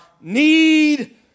need